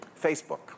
Facebook